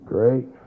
Great